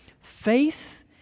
faith